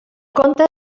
conte